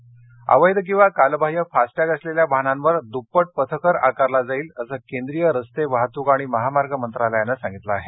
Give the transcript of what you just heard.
FASTag अवैध किंवा कालबाह्य फास्टॅग असलेल्या वाहनांवर द्प्पट पथकर आकारला जाईल असं केंद्रीय रस्ते वाहतुक आणि महामार्ग मंत्रालयानं सांगितलं आहे